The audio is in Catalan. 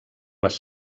les